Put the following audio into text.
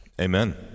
Amen